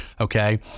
okay